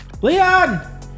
Leon